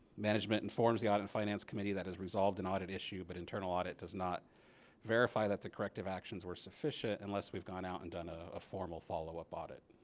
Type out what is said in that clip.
management and informs the audit and finance committee that has resolved an audit issue but internal audit does not verify that the corrective actions were sufficient. unless we've gone out and done a ah formal follow up audit.